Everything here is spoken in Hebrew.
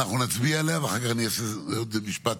עד שסימון